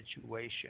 situation